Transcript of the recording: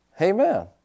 Amen